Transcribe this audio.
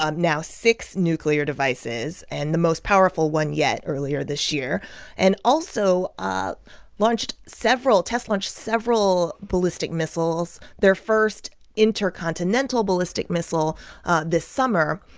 um now, six nuclear devices and the most powerful one yet earlier this year and also ah launched several test launched several ballistic missiles their first intercontinental ballistic missile this summer,